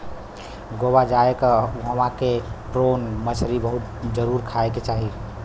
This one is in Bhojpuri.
गोवा जाए त उहवा के प्रोन मछरी जरुर खाए के चाही